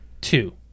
two